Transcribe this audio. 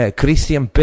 Christian